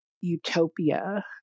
utopia